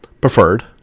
preferred